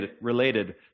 related